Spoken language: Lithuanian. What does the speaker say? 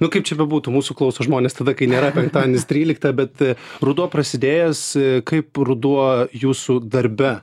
nu kaip čia bebūtų mūsų klauso žmonės tada kai nėra penktadienis trylikta bet ruduo prasidėjęs kaip ruduo jūsų darbe